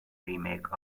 remake